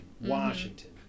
Washington